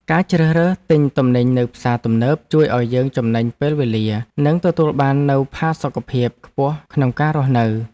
ការជ្រើសរើសទិញទំនិញនៅផ្សារទំនើបជួយឱ្យយើងចំណេញពេលវេលានិងទទួលបាននូវផាសុកភាពខ្ពស់ក្នុងការរស់នៅ។